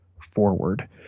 forward